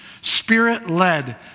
spirit-led